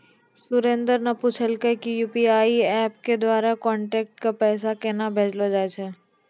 सुरेन्द्र न पूछलकै कि यू.पी.आई एप्प के द्वारा कांटैक्ट क पैसा केन्हा भेजलो जाय छै